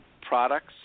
products